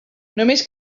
només